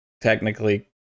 technically